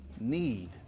need